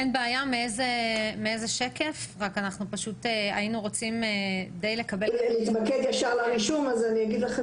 אני אציג לכם